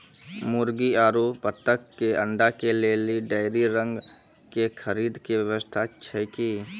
मुर्गी आरु बत्तक के अंडा के लेली डेयरी रंग के खरीद के व्यवस्था छै कि?